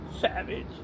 Savage